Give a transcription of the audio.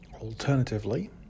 Alternatively